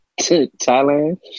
Thailand